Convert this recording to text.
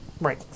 right